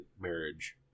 marriage